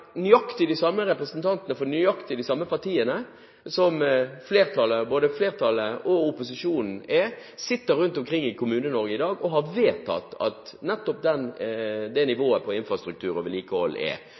nøyaktig de samme representantene for nøyaktig de samme partiene – både flertallet og opposisjonen – sitter rundt omkring i Kommune-Norge i dag og har vedtatt at nettopp det